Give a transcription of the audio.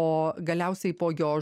o galiausiai po jo